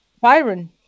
Byron